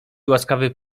łaskawy